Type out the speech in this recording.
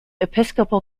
episcopal